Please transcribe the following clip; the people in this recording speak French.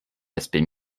aspect